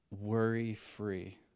Worry-free